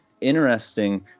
interesting